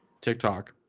TikTok